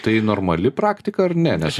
tai normali praktika ar ne nes